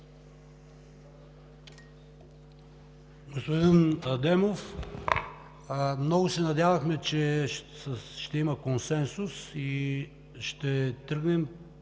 Господин Адемов, много се надявахме, че ще има консенсус и ще тръгнем